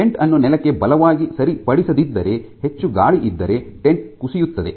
tent ಅನ್ನು ನೆಲಕ್ಕೆ ಬಲವಾಗಿ ಸರಿಪಡಿಸದಿದ್ದರೆ ಹೆಚ್ಚು ಗಾಳಿ ಇದ್ದರೆ ಟೆಂಟ್ ಕುಸಿಯುತ್ತದೆ